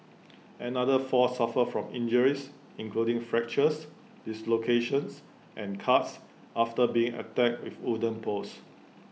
another four suffered from injuries including fractures dislocations and cuts after being attacked with wooden poles